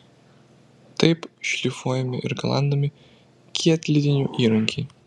taip šlifuojami ir galandami kietlydinių įrankiai